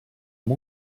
amb